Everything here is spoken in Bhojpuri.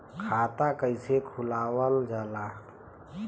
खाता कइसे खुलावल जाला?